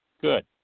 Good